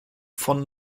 von